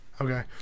Okay